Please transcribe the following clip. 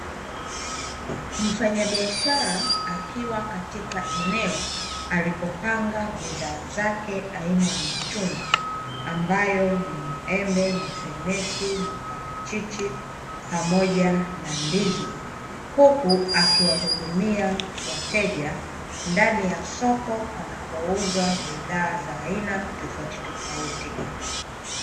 Mfanyabiashara akiwa katika eneo alipopanga bidhaa zake aina ya matunda, ambayo ni maembe, mafenesi, maparachichi pamoja na ndizi. Huku akiwahudumia wateja ndani ya soko panapouzwa bidhaa za aina tofautitofauti.